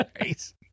Nice